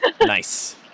Nice